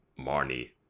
Marnie